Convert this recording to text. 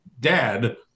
dad